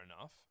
enough